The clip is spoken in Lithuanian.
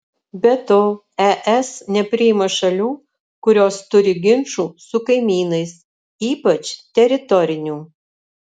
be to es nepriima šalių kurios turi ginčų su kaimynais ypač teritorinių